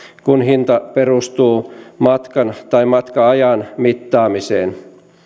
kun hinta perustuu matkan tai matka ajan mittaamiseen